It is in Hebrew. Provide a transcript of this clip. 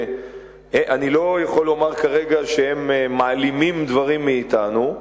אני לא יכול לומר כרגע שהם "מעלימים" דברים מאתנו,